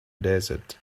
desert